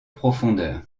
profondeur